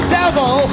devil